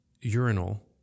urinal